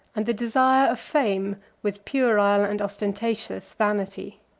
and the desire of fame with puerile and ostentatious vanity.